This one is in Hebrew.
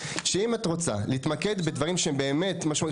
שאם את רוצה להתמקד בדברים שהם באמת משמעותיים,